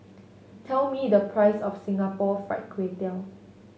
tell me the price of Singapore Fried Kway Tiao